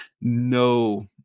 no